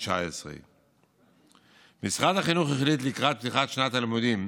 2019. משרד החינוך החליט לקראת פתיחת שנת הלימודים